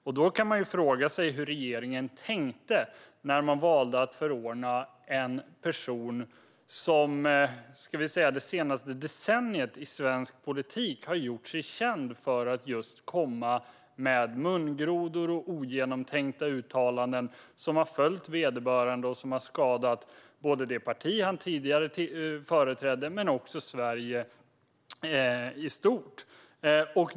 Man kan fråga sig hur regeringen tänkte när den valde att förordna en person som under det senaste decenniet i svensk politik har gjort sig känd för att komma med mungrodor och ogenomtänkta uttalanden. Dessa har följt vederbörande och har skadat både det parti han tidigare företrädde och Sverige i stort.